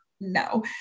No